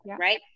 Right